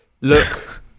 Look